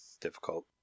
difficult